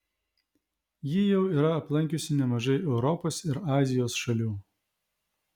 ji jau yra aplankiusi nemažai europos ir azijos šalių